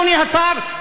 אדוני השר,